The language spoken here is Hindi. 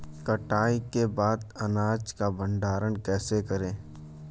कटाई के बाद अनाज का भंडारण कैसे करें?